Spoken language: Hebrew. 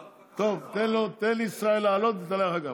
טוב, תן לישראל לעלות ותעלה אחר כך.